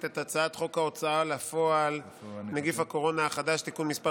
את הצעת חוק ההוצאה לפועל (נגיף הקורונה החדש, תיקון מס'